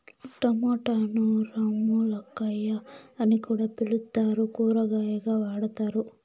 టమోటాను రామ్ములక్కాయ అని కూడా పిలుత్తారు, కూరగాయగా వాడతారు